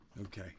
Okay